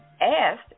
asked